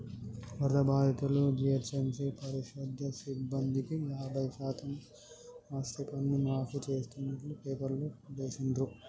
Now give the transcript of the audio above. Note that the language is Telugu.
వరద బాధితులు, జీహెచ్ఎంసీ పారిశుధ్య సిబ్బందికి యాభై శాతం ఆస్తిపన్ను మాఫీ చేస్తున్నట్టు పేపర్లో వేసిండ్రు